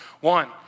One